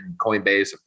Coinbase